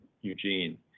Eugene